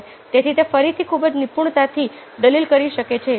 તેથી તે ફરીથી ખૂબ જ નિપુણતાથી દલીલ કરી શકે છે